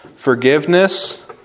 Forgiveness